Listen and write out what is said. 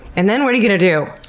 and then what are you going to do?